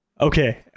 Okay